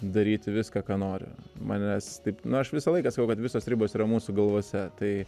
daryti viską ką noriu manęs taip na aš visą laiką sakau kad visos ribos yra mūsų galvose tai